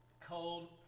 Cold